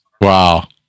Wow